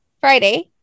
Friday